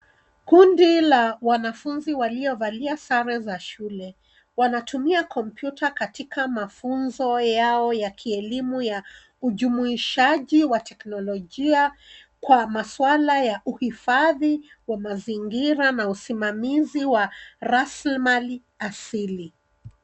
Kundi la wanafunzi waliovalia sare za shule wanatumia kompyuta katika mafunzo yao ya kielimu ya ujumuishaji wa teknolojia kwa maswala ya uhifadhi wa mazingira na usimamizi wa rasilimali asili.